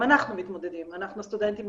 גם אנחנו מתמודדים עם המצב.